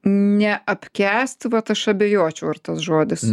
neapkęst vat aš abejočiau ar tas žodis